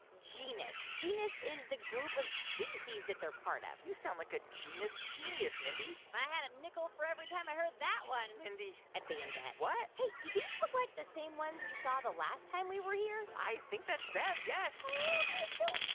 genus genus is the group of species that they're part of you sound like a genus genius, mindy if i had a nickel for every time i heard that one mindy. i'd be in debt what? hey, do these look like the same ones we saw the last time we were here? i think that's them, yes oh, they're so